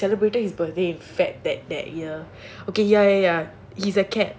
oh ya twenty first january okay but we celebrated his birthday in february that that year okay ya ya ya he's a capricorn